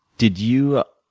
did you